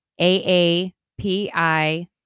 AAPI